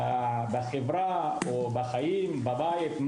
בחברה, בחיים ובבית.